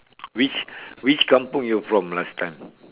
which which kampung you were from last time